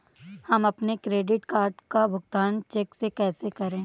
हम अपने credit card का भुगतान चेक से कैसे करें?